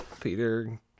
Peter